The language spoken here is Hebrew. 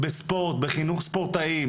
שבוע שעבר פה בוועדה קיבלנו בעצם,